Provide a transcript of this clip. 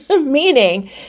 meaning